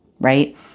right